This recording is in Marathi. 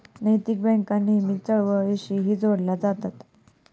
नैतिक बँका नेहमीच चळवळींशीही जोडल्या जातात